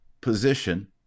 position